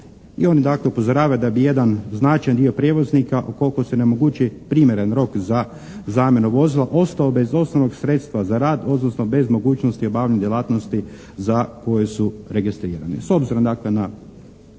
I oni dakle upozoravaju da bi jedan značajan dio prijevoznika ukoliko se ne omogući primjeren rok za zamjenu vozila ostao bez osnovnog sredstava za rad odnosno bez mogućnosti obavljanja djelatnosti za koje su registrirani. S obzirom dakle na